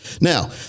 Now